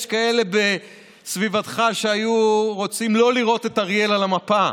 יש כאלה בסביבתך שהיו רוצים לא לראות את אריאל על המפה,